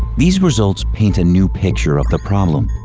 these results paint a new picture of the problem,